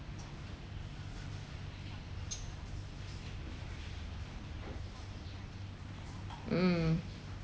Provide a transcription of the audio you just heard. mm